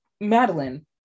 Madeline